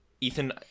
Ethan